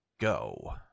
go